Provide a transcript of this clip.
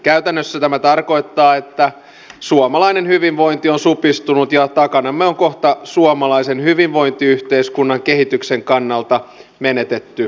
käytännössä tämä tarkoittaa että suomalainen hyvinvointi on supistunut ja takanamme on kohta suomalaisen hyvinvointiyhteiskunnan kehityksen kannalta menetetty vuosikymmen